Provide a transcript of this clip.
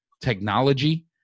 technology